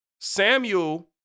Samuel